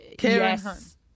Yes